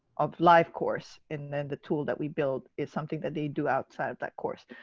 of live course, and then the tool that we build is something that they do outside of that course.